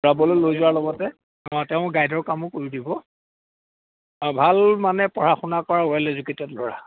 যাবলৈ লৈ যোৱাৰ লগতে তেওঁ গাইডৰ কামো কৰি দিব ভাল মানে পঢ়া শুনা কৰা ৱেল এডুকেটেড ল'ৰা